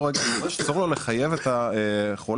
רק שאסור לו לחייב את החולה.